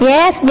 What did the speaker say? Yes